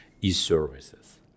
e-services